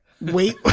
wait